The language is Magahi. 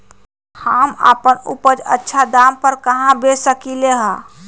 हम अपन उपज अच्छा दाम पर कहाँ बेच सकीले ह?